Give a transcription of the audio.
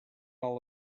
all